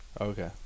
Okay